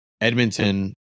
Edmonton